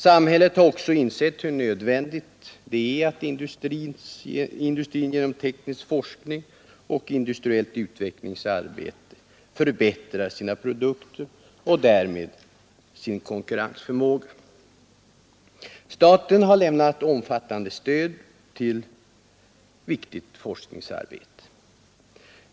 Samhället har också insett hur nödvändigt det är att industrin genom teknisk forskning och industriellt utvecklingsarbete förbättrar sina produkter och därmed sin konkurrensförmåga. Staten har lämnat omfattande stöd till viktigt forskningsarbete.